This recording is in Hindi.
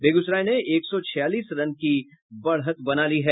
बेगूसराय ने एक सौ छियालीस रन की बढ़त बना ली है